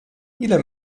ile